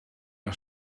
nog